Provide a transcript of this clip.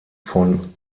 von